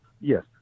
yes